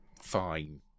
fine